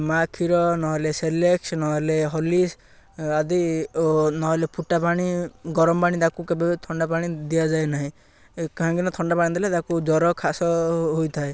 ଏ ମା' କ୍ଷୀର ନହେଲେ ସେରେଲାକ୍ ନହେଲେ ହ୍ରଲିକ୍ସ ଆଦି ଓ ନହେଲେ ଫୁଟା ପାଣି ଗରମ ପାଣି ତାକୁ କେବେ ଥଣ୍ଡା ପାଣି ଦିଆଯାଏ ନାହିଁ କାହିଁକି ନା ଥଣ୍ଡା ପାଣି ଦେଲେ ତାକୁ ଜ୍ୱର କାଶ ହୋଇଥାଏ